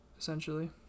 essentially